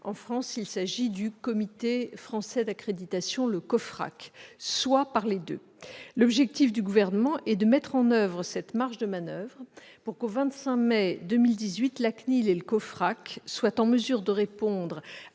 France, le Comité français d'accréditation, le COFRAC -, soit par les deux. L'objectif du Gouvernement est de mettre en oeuvre cette marge de manoeuvre pour qu'au 25 mai 2018 la CNIL et le COFRAC soient en mesure de répondre